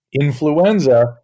Influenza